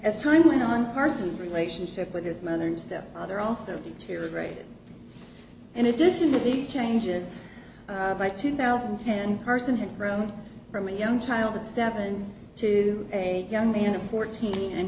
as time went on carson's relationship with his mother and stepfather also here a great in addition to these changes by two thousand and ten person had grown from a young child at seven to a young man of fourteen and